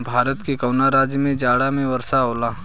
भारत के कवना राज्य में जाड़ा में वर्षा होला?